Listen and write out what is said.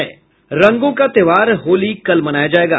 रंगों का त्योहार होली कल मनाया जायेगा